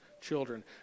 children